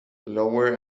lower